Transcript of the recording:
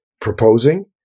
proposing